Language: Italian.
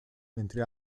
mentre